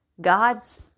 God's